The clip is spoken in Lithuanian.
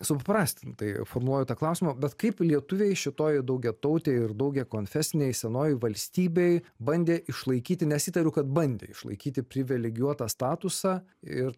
suprastintai formuluoju tą klausimą bet kaip lietuviai šitoj daugiatautėj ir daugiakonfesinėj senojoj valstybėj bandė išlaikyti nes įtariu kad bandė išlaikyti privilegijuotą statusą ir